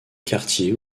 quartiers